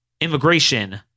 immigration